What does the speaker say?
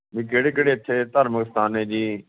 ਵੀ ਕਿਹੜੇ ਕਿਹੜੇ ਇੱਥੇ ਧਾਰਮਿਕ ਸਥਾਨ ਹੈ ਜੀ